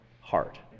heart